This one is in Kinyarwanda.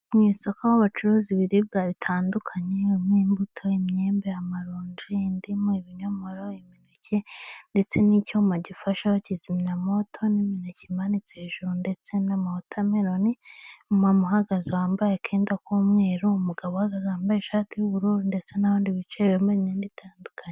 Mu isoko aho bacuruza ibiribwa bitandukanye nk'imbuto, imyembe, amaronji, indimu, ibinyomoro., imineke ndetse n'icyuma gifasha kizimyamwoto n'imineke imanitse hejuru ndetse n'amawotameloni umumama uhagaze wambaye akenda k'umweru, umugabo uhagaze wambaye ishati y'ubururu ndetse n'abandi bicaye bambaye imyenda itandukanye.